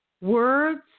Words